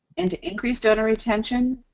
and to increase donor retention,